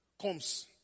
comes